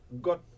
got